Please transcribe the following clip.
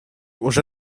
уже